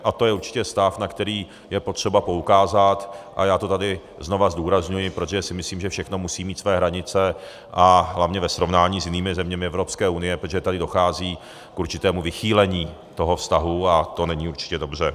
A to je určitě stav, na který je potřeba poukázat, a já to tady znovu zdůrazňuji, protože si myslím, že všechno musí mít svoje hranice hlavně ve srovnání s jinými zeměmi Evropské unie, protože tady dochází k určitému vychýlení vztahu a to není určitě dobře.